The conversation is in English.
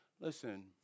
Listen